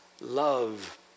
love